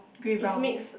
grey brown